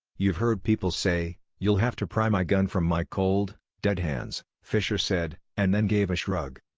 you've heard people say, you'll have to pry my gun from my cold, dead hands fisher said, and then gave a shrug.